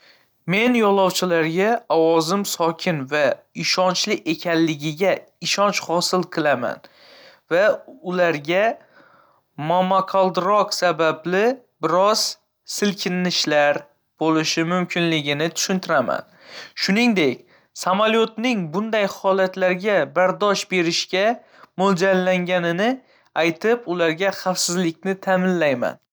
Men yo‘lovchilarga ovozim sokin va ishonchli ekanligiga ishonch hosil qilaman va ularga momaqaldiroq sababli biroz silkinishlar bo‘lishi mumkinligini tushuntiraman. Shuningdek, samolyotning bunday holatlarga bardosh berishga mo‘ljallanganini aytib, ularga xavfsizlikni ta'minlay.